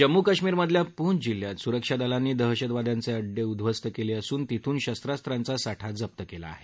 जम्मू कश्मीर मधल्या पूंछ जिल्ह्यत सुरक्षादलांनी दहशतवाद्यांचे अड्डे उद्दवस्त केले असून तिथून शस्वास्वांचा साठा जप्त केला आहे